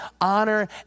honor